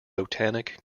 botanic